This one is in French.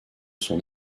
son